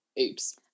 Oops